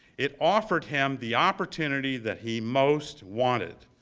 it offered him the opportunity that he most wanted.